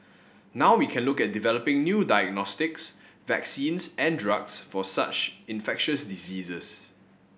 now we can look at developing new diagnostics vaccines and drugs for such infectious diseases